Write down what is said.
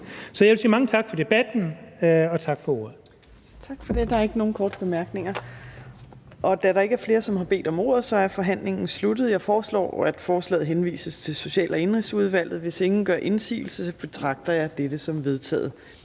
Fjerde næstformand (Trine Torp): Tak for det. Der er ikke nogen korte bemærkninger. Da der ikke er flere, som har bedt om ordet, er forhandlingen sluttet. Jeg foreslår, at forslaget til folketingsbeslutning henvises til Social- og Indenrigsudvalget. Hvis ingen gør indsigelse, betragter jeg dette som vedtaget.